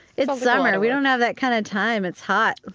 it's summer we don't have that kind of time. it's hot!